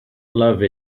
love